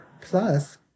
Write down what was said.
plus